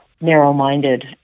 narrow-minded